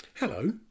Hello